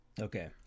Okay